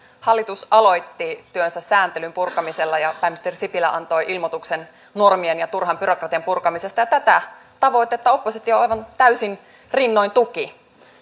hallitus aloitti työnsä sääntelyn purkamisella ja pääministeri sipilä antoi ilmoituksen normien ja turhan byrokratian purkamisesta ja tätä tavoitetta oppositio aivan täysin rinnoin tuki